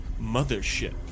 mothership